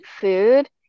food